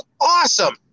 awesome